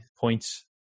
points